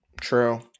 True